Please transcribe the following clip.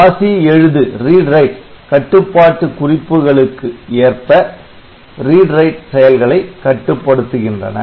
வாசி எழுது ReadWrite கட்டுப்பாட்டு குறிப்புகளுக்கு ஏற்ப ReadWrite செயல்களை கட்டுப்படுத்துகின்றன